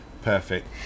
perfect